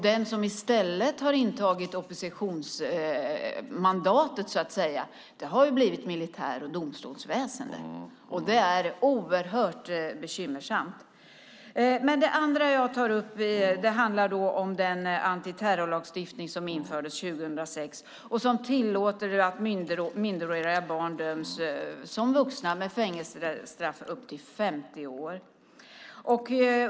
De som har intagit oppositionsmandatet är militär och domstolsväsen. Det är oerhört bekymmersamt. Det andra jag tar upp handlar om den antiterrorlagstiftning som infördes 2006 och som tillåter att minderåriga barn döms som vuxna med fängelsestraff upp till 50 år.